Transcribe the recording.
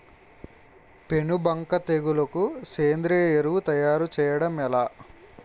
పేను బంక తెగులుకు సేంద్రీయ ఎరువు తయారు చేయడం ఎలా?